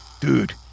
Dude